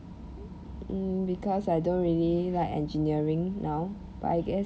mm because I don't really like engineering now but I guess